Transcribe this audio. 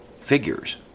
figures